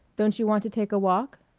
don't you want to take a walk?